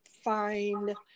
find